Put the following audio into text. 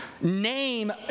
name